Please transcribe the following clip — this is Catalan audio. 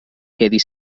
quedi